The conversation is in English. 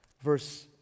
Verse